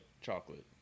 chocolate